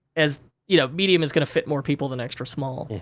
as, you know, medium is gonna fit more people than extra small.